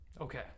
Okay